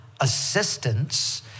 assistance